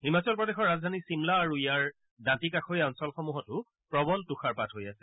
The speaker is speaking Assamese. হিমাচল প্ৰদেশৰ ৰাজধানী চিমলা আৰু ইয়াৰ দাঁতি কাষৰীয়া অঞ্চলসমূহতো প্ৰৱল তুষাৰপাত হৈ আছে